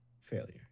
failure